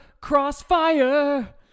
Crossfire